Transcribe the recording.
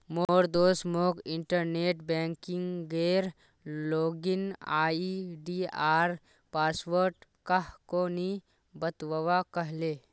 मोर दोस्त मोक इंटरनेट बैंकिंगेर लॉगिन आई.डी आर पासवर्ड काह को नि बतव्वा कह ले